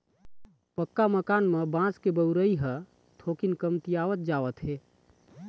पक्का मकान म बांस के बउरई ह थोकिन कमतीयावत जावत हे